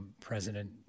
president